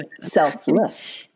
selfless